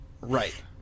Right